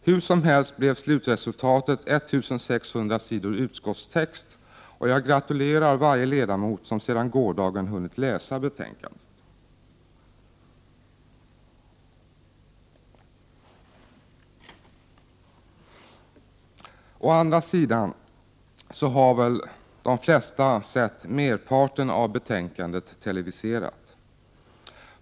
Hur som helst blev alltså slutresultatet 1 600 sidor utskottstext, och jag gratulerar varje ledamot som sedan gårdagen hunnit läsa betänkandet. Å andra sidan har väl de flesta sett merparten av betänkandet televiserat.